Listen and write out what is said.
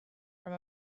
from